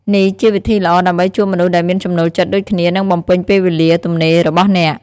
នេះជាវិធីល្អដើម្បីជួបមនុស្សដែលមានចំណូលចិត្តដូចគ្នា និងបំពេញពេលវេលាទំនេររបស់អ្នក។